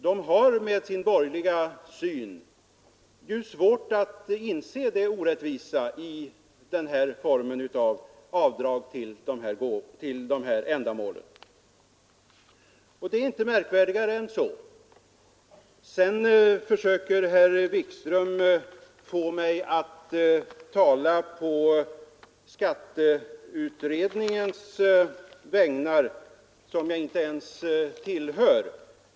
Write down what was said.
De har med sin borgerliga syn svårt att inse det orättvisa i denna form av avdrag för dessa ändamål. Det är inte märkvärdigare än så. Sedan försöker herr Wikström få mig att tala på skatteutredningens vägnar, som jag inte ens tillhör.